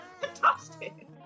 Fantastic